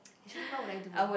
actually what would I do ah